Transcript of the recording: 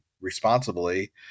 responsibly